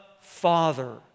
Father